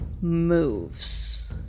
moves